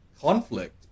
conflict